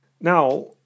Now